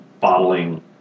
bottling